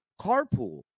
carpool